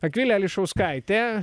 akvilė ališauskaitė